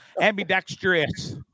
ambidextrous